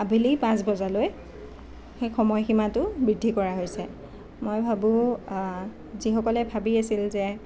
আবেলি পাঁচ বজালৈ সেই সময়সীমাটো বৃদ্ধি কৰা হৈছে মই ভাবোঁ যিসকলে ভাবি আছিল যে